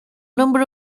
number